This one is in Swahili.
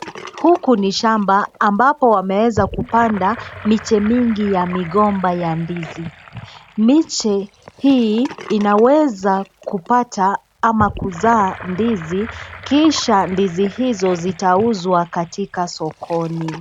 Huku ni shamba ambapo wameweza kupanda miche mingi ya migomba ya ndizi. Miche hii inaweza kupata ama kuzaa ndizi kisha ndizi hizo zitauzwa katika sokoni.